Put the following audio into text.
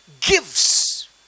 gives